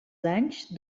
danys